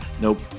Nope